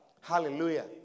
Hallelujah